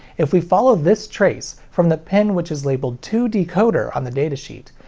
if we follow this trace, from the pin which is labeled to decoder on the datasheet,